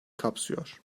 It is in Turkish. kapsıyor